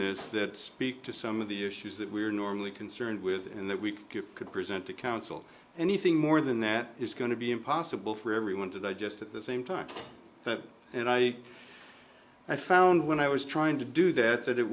this that speak to some of the issues that we are normally concerned with and that we could present to counsel anything more than that is going to be impossible for everyone to digest at the same time that and i i found when i was trying to do that that it